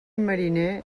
mariner